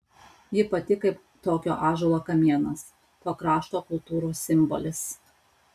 ji pati kaip tokio ąžuolo kamienas to krašto kultūros simbolis